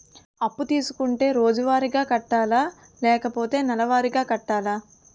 అప్పు తీసుకుంటే రోజువారిగా కట్టాలా? లేకపోతే నెలవారీగా కట్టాలా?